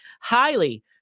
highly